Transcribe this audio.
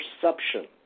perception